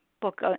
book